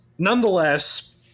Nonetheless